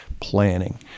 planning